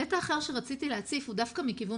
ההיבט האחר שרציתי להציף הוא דווקא מכיוון